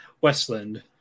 Westland